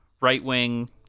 right-wing